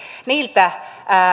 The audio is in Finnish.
niiltä